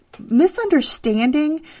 misunderstanding